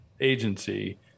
agency